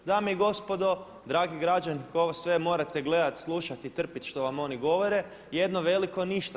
Dame i gospodo, dragi građani koji ovo sve morate gledati, slušati i trpiti što vam oni govore jedno veliko ništa.